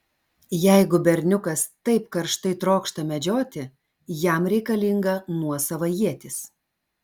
jeigu berniukas taip karštai trokšta medžioti jam reikalinga nuosava ietis